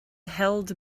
held